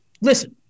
listen